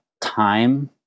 time